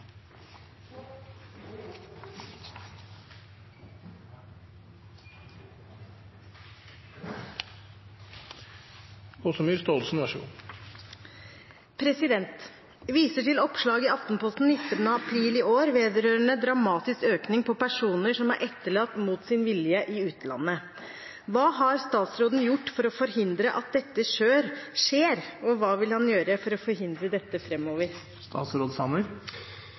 til oppslag i Aftenposten 19. april i år vedrørende dramatisk økning i antall personer som er etterlatt mot sin vilje i utlandet. Hva har statsråden gjort for å forhindre at dette skjer, og hva vil han gjøre for å forhindre dette fremover?»